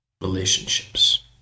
relationships